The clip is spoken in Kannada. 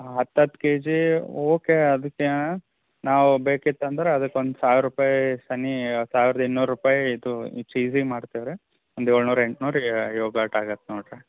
ಹತ್ತು ಹತ್ತು ಕೆಜೀ ಓಕೆ ಅದಕ್ಕೆ ನಾವು ಬೇಕಿತ್ತು ಅಂದ್ರೆ ಅದ್ಕೆ ಒಂದು ಸಾವಿರ ರುಪಾಯಿ ಸನೀಹ ಸಾವಿರದ ಇನ್ನೂರು ರುಪಾಯಿ ಇದು ಚೀಸಿಗೆ ಮಾಡ್ತೇವೆ ರೀ ಒಂದು ಏಳುನೂರು ಎಂಟುನೂರು ಯೋಗಾಟ್ ಆಗುತ್ತೆ ನೋಡಿರಿ